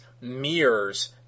mirrors